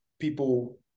people